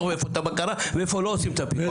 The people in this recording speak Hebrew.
ואיפה את הבקרה ואיפה לא עושים את הפיקוח והבקרה.